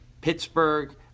Pittsburgh